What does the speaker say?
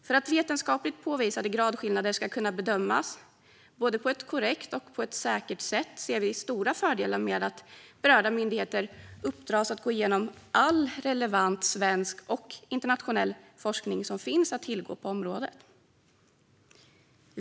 För att vetenskapligt påvisade gradskillnader ska kunna bedömas på ett både korrekt och säkert sätt ser vi stora fördelar med att berörda myndigheter uppdras att gå igenom all relevant svensk och internationell forskning som finns att tillgå på området.